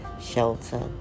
shelter